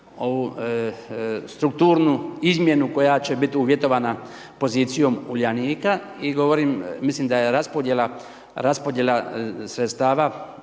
ovu strukturnu izmjenu koja će biti uvjetovana pozicijom Uljanika i govorim, mislim da raspodjela sredstva